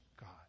God